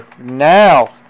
now